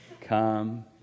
Come